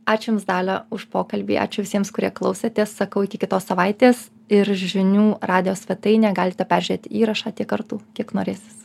ačiū jums dalia už pokalbį ačiū visiems kurie klausėtės sakau iki kitos savaitės ir žinių radijo svetainėje galite peržiūrėt įrašą tiek kartų kiek norėsis